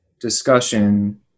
discussion